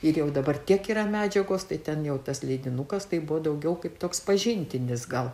ir jau dabar tiek yra medžiagos tai ten jau tas leidinukas tai buvo daugiau kaip toks pažintinis gal